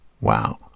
Wow